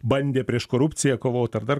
bandė prieš korupciją kovot ar dar